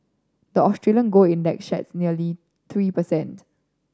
the Australian gold index shed nearly three percent